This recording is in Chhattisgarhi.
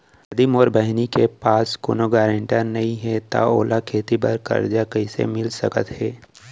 यदि मोर बहिनी के पास कोनो गरेंटेटर नई हे त ओला खेती बर कर्जा कईसे मिल सकत हे?